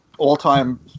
all-time